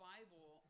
Bible